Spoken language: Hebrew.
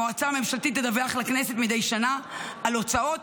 המועצה הממשלתית תדווח לכנסת מדי שנה על הוצאות,